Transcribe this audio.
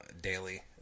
daily